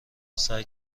سعی